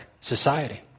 society